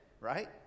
right